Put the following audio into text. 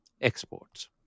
exports